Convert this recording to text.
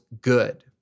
good